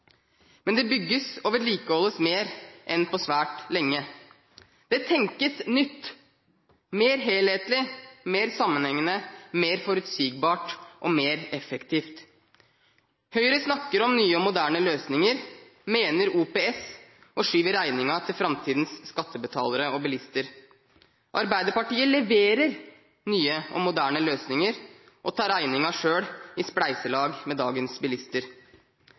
men det bygges og vedlikeholdes mer enn på svært lenge. Det tenkes nytt, mer helhetlig, mer sammenhengende, mer forutsigbart og mer effektivt. Høyre snakker om nye og moderne løsninger, mener OPS og skyver regningen over på framtidens skattebetalere og bilister. Arbeiderpartiet leverer nye og moderne løsninger og tar regningen selv i spleiselag med dagens bilister.